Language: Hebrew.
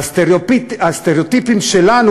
והסטריאוטיפים שלנו,